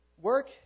Work